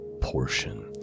portion